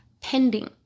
pending